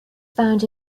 found